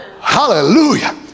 hallelujah